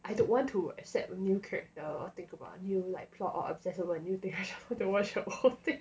I don't want to accept new character or think about err new like plot or obsess over a new thing I have to watch the whole thing